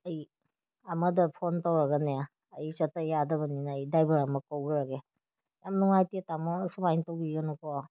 ꯑꯩ ꯑꯃꯗ ꯐꯣꯟ ꯇꯧꯔꯒꯅꯦ ꯑꯩ ꯆꯠꯇ ꯌꯥꯗꯕꯅꯤꯅ ꯑꯩ ꯗ꯭ꯔꯥꯏꯕꯔ ꯑꯃ ꯀꯧꯔꯨꯔꯒꯦ ꯌꯥꯝ ꯅꯨꯡꯉꯥꯏꯇꯦ ꯇꯥꯃꯣ ꯑꯁꯨꯃꯥꯏꯅ ꯇꯧꯕꯤꯒꯅꯨꯀꯣ